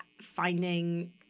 finding